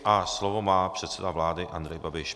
A slovo má předseda vlády Andrej Babiš.